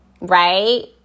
right